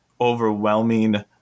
overwhelming